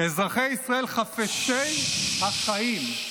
אזרחי ישראל חפצי החיים,